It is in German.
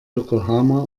yokohama